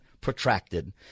protracted